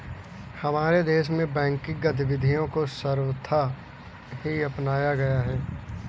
हमारे देश में बैंकिंग गतिविधियां को सर्वथा ही अपनाया गया है